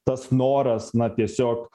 tas noras na tiesiog